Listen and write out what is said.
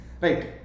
right